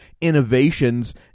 innovations